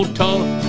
tough